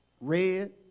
red